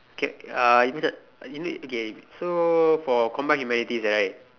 okay uh you means what you know uh okay so for combined humanities right